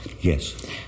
Yes